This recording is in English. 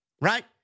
Right